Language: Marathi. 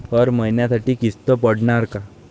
हर महिन्यासाठी किस्त पडनार का?